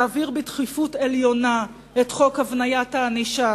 תעביר בדחיפות ובעדיפות עליונה את חוק הבניית הענישה